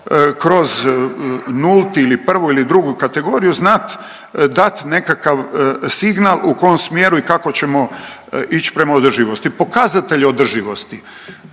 kroz nulti ili prvu ili drugu kategoriju znat, dat nekakav signal u kom smjeru i kako ćemo ić prema održivosti, pokazatelju održivosti.